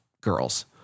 Girls